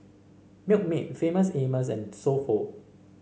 Milkmaid Famous Amos and So Pho